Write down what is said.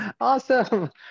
awesome